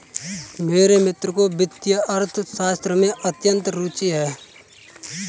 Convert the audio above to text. मेरे मित्र को वित्तीय अर्थशास्त्र में अत्यंत रूचि है